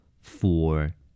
four